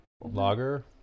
lager